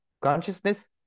Consciousness